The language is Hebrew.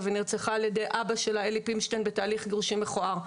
ונרצחה על ידי אבא שלה בתהליך גירושין מכוער.